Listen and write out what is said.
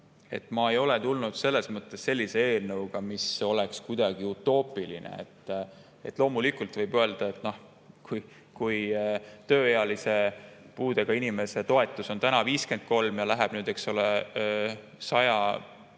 ma ei ole tulnud välja sellise eelnõuga, mis oleks kuidagi utoopiline. Loomulikult võib küsida, et kui tööealise puudega inimese toetus on täna 53 eurot ja läheb nüüd, eks ole, 100